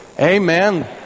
Amen